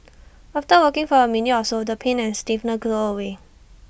after walking for A minute or so the pain and stiffness go away